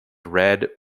red